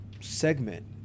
segment